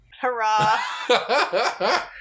hurrah